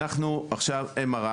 אנחנו עכשיו, MRI